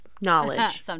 knowledge